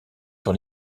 sur